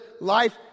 life